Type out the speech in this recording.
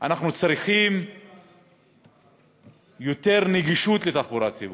אנחנו צריכים יותר נגישות לתחבורה ציבורית,